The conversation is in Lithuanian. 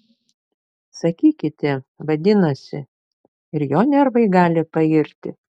sakykite vadinasi ir jo nervai gali pairti